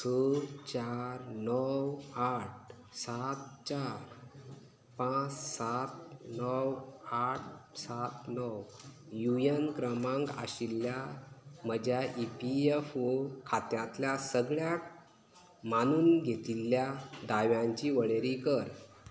स चार णव आठ सात चार पांच सात णव आठ सात णव यु एन क्रमांक आशिल्ल्या म्हज्या ई पी एफ ओ खात्यांतल्या सगळ्याक मानून घेतिल्ल्या दाव्यांची वळेरी कर